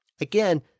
Again